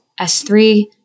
S3